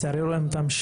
תודה רבה.